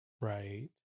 Right